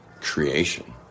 creation